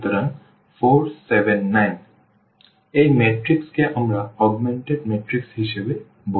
সুতরাং এই ম্যাট্রিক্স কে আমরা অগমেন্টেড ম্যাট্রিক্স হিসাবে বলি